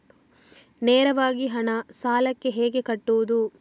ನೇರವಾಗಿ ಹಣ ಸಾಲಕ್ಕೆ ಹೇಗೆ ಕಟ್ಟುವುದು?